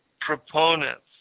proponents